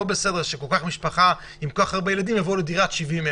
בסדר שמשפחה עם כל כך הרבה ילדים יבואו לדירת 70 מטר?